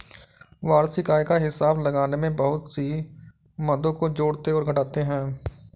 वार्षिक आय का हिसाब लगाने में बहुत सी मदों को जोड़ते और घटाते है